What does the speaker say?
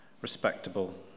respectable